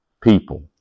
people